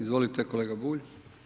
Izvolite kolega Bulj.